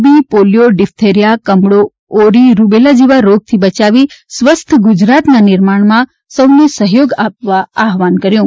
બી polio diphtheria કમળો ઓરી rubella જેવા રોગથી બચાવી સ્વસ્થ ગુજરાત ના નિર્માણ માં સૌના સહયોગ નું આહ્વાન કર્યું હતું